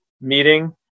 meeting